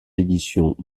éditions